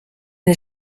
der